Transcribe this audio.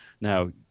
now